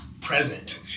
present